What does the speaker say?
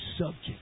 subject